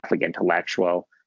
intellectual